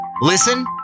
listen